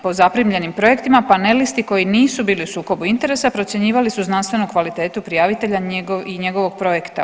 Po zaprimljenim projektima panelisti koji nisu bili u sukobu interesa procjenjivali su znanstvenu kvalitetu prijavitelja i njegovog projekta.